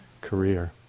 career